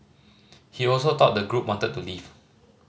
he also thought the group wanted to leave